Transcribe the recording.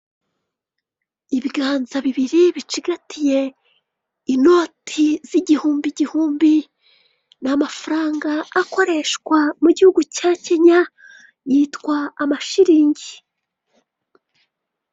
Ibiganza bibiri bicigatiye inoti z'igihumbi gihumbi ni amafaranga akoreshwa mu gihugu cya Kenya yitwa amashilingi.